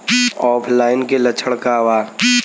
ऑफलाइनके लक्षण क वा?